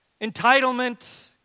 Entitlement